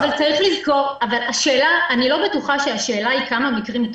אני לא בטוחה שהשאלה היא כמה מקרים.